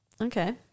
okay